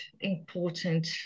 important